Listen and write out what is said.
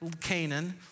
Canaan